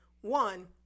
One